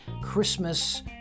Christmas